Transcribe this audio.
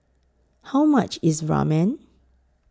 How much IS Ramen